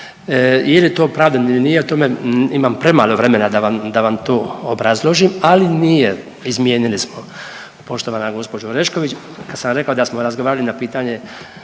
Je li to opravdano ili nije ja o tome imam premalo vremena da vam, da vam to obrazložim ali nije izmijenili smo poštovana gospođa Orešković kad sam rekao da smo razgovarali na pitanje